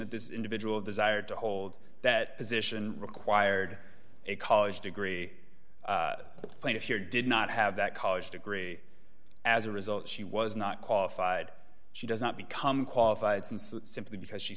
that this individual desired to hold that position required a college degree plaintiff here did not have that college degree as a result she was not qualified she does not become qualified since simply because she